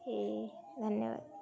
ଏ ଧନ୍ୟବାଦ